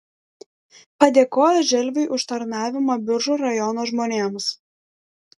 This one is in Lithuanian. padėkojo želviui už tarnavimą biržų rajono žmonėms